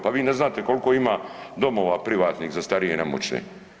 Pa vi ne znate koliko ima domova privatnih za starije i nemoćne.